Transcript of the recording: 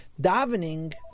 davening